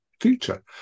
future